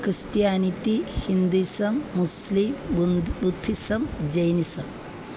Christianity Hinduism Muslim ബുന്ദ് Buddhism Jainism